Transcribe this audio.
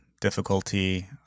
difficulty